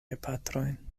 gepatrojn